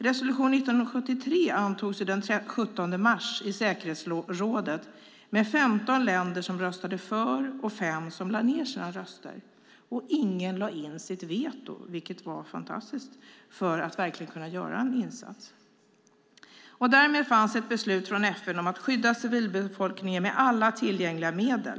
Resolution 1973 antogs den 17 mars i säkerhetsrådet, med 15 länder som röstade för och 5 som lade ned sina röster. Ingen lade in sitt veto, vilket var fantastiskt för att verkligen kunna göra en insats. Därmed fanns ett beslut från FN om att skydda civilbefolkningen med alla tillgängliga medel.